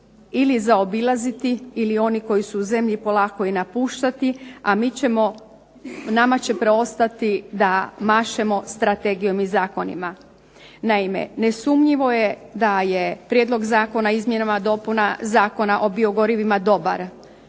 ili zaobilaziti ili oni koji su u zemlji polako napuštati, a nama će preostati da mašemo Strategijom i zakonima. Naime, nesumnjivo je da je Prijedlog zakona o izmjenama i dopunama Zakona o biogorivima dobar,